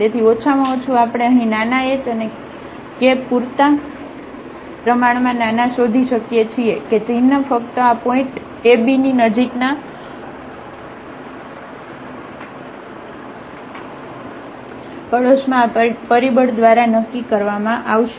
તેથી ઓછામાં ઓછું આપણે અહીં નાના h અને k પૂરતા પ્રમાણમાં નાના શોધી શકીએ છીએ કે જેથી ચિન્હ ફક્ત આ pointab ની નજીકના પાડોશમાં આ પરિબળ દ્વારા નક્કી કરવામાં આવશે